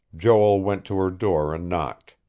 joel went to her door and knocked.